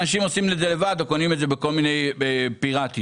אנשים עושים את זה לבד או קונים את זה בכל מיני מקומות פיראטים.